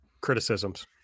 criticisms